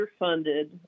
underfunded